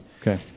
Okay